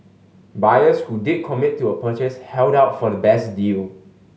buyers who did commit to a purchase held out for the best deal